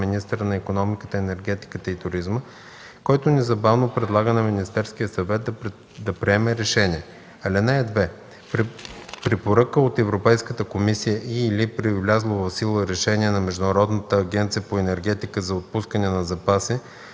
министъра на икономиката, енергетиката и туризма, който незабавно предлага на Министерския съвет да приеме решение. (2) При препоръка от Европейската комисия и/или при влязло в сила решение на Международната агенция по енергетика за отпускане на запаси